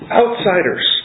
outsiders